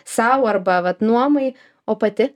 sau arba vat nuomai o pati